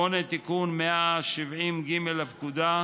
8. תיקון סעיף 170ג לפקודה,